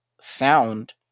sound